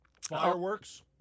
Fireworks